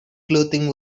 clothing